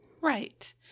Right